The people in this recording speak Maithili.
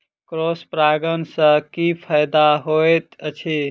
क्रॉस परागण सँ की फायदा हएत अछि?